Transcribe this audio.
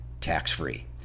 tax-free